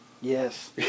Yes